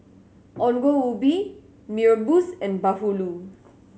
Ongol Ubi Mee Rebus and bahulu